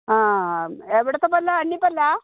ആ എവിടുത്തെ പല്ലാ അണ്ണിപ്പല്ലാ